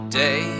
day